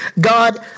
God